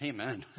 Amen